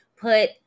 put